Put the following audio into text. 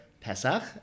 Pesach